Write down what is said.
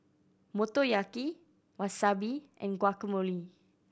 Motoyaki Wasabi and Guacamole